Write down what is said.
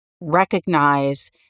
recognize